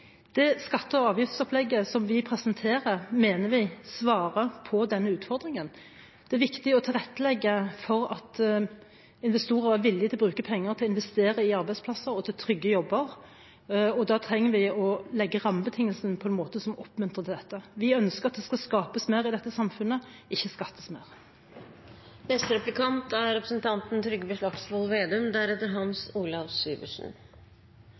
Det skatte- og avgiftsopplegget som vi presenterer, mener vi svarer på denne utfordringen. Det er viktig å tilrettelegge for at investorer er villige til å bruke penger på å investere i arbeidsplasser og trygge jobber, og da trenger vi å legge rammebetingelsene på en måte som oppmuntrer til dette. Vi ønsker at det skal skapes mer i dette samfunnet, ikke skattes mer. Representanten